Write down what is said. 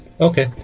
okay